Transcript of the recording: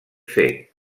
fet